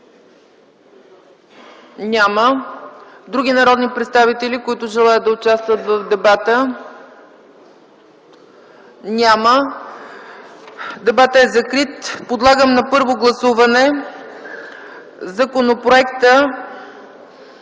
Няма. Други народни представители, които желаят да участват в дебата? Няма. Дебатът е закрит. Подлагам на първо гласуване Законопроекта